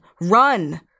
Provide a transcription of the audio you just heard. run